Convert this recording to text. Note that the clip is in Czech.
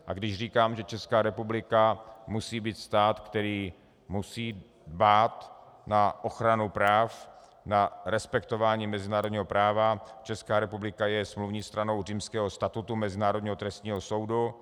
A když říkám, že Česká republika musí být stát, který musí dbát na ochranu práv, na respektování mezinárodní práva, Česká republika je smluvní stranou Římského statutu Mezinárodního trestního soudu.